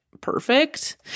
perfect